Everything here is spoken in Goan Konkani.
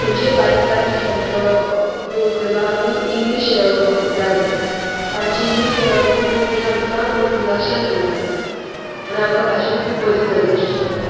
खंयचेय बारीक बारीक शब्द उपयोग करपाक आमी इंग्लीश उतरां घेता आमची नीज कोंकणी उतरां आमकां लक्षांत उरना म्हणून आमकां भाशेन खूब बदल जाल्लो दिश्टी पडटा